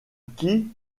qui